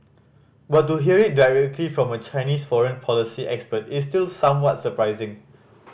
but to hear it directly from a Chinese foreign policy expert is still somewhat surprising